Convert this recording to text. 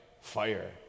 fire